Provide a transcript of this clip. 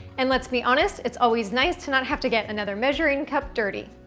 and, let's be honest it's always nice to not have to get another measuring cup dirty.